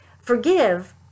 forgive